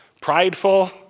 prideful